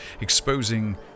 exposing